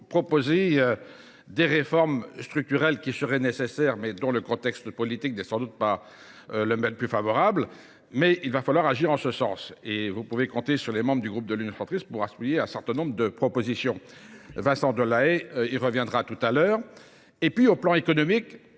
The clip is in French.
proposer des réformes structurelles qui seraient nécessaires, mais dont le contexte politique n'est sans doute pas le plus favorable. Mais il va falloir agir en ce sens. Et vous pouvez compter sur les membres du groupe de l'Union centrale pour assembler un certain nombre de propositions. Vincent Delahaye reviendra tout à l'heure. Et puis au plan économique,